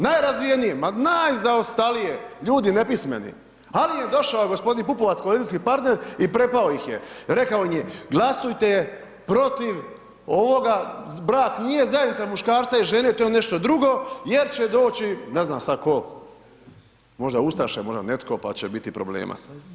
Najrazvijenije, ma najzaostalije, ljudi nepismeni, ali je došao gospodin Pupovac, koalicijski partner i prepao ih je, rekao im je: „Glasujte protiv ovoga, brak nije zajednica muškarca i žene, to je nešto drugo, jer će doći …“, ne znam sad tko, možda ustaše, možda netko, pa će biti problema.